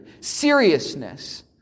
seriousness